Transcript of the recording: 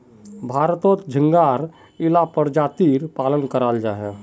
भारतोत झिंगार इला परजातीर पालन कराल जाहा